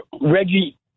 Reggie